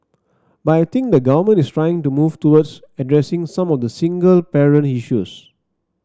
but I think the government is trying to move towards addressing some of the single parent issues